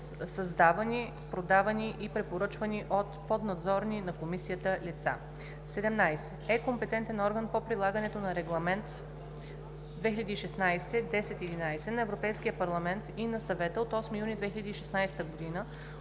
създавани, продавани и препоръчвани от поднадзорни на комисията лица;